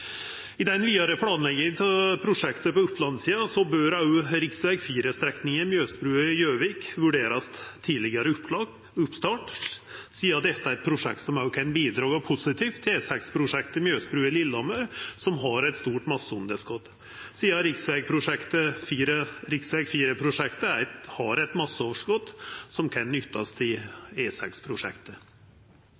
I den vidare planlegginga av prosjektet på Oppland-sida bør det også på rv. 4-strekninga Mjøsbrua–Gjøvik vurderast tidlegare oppstart, sidan dette er eit prosjekt som også kan bidra positivt til E6-prosjektet Mjøsbrua–Lillehammer, som har eit stort masseunderskot. Rv. 4-prosjektet har eit masseoverskot som kan nyttast til